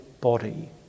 body